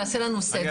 תעשה לנו סדר.